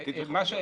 זאת עמדת הממשלה.